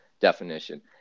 definition